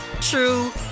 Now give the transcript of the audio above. true